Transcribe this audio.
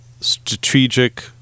strategic